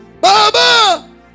Baba